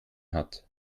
hat